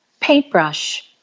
paintbrush